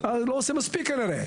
אז לא עושה מספיק כנראה.